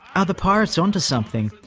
are the pirates on to something?